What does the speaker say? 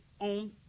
on